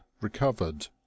recovered